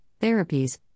therapies